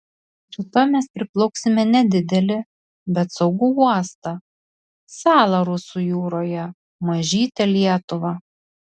rytoj mes priplauksime nedidelį bet saugų uostą salą rusų jūroje mažytę lietuvą